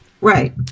right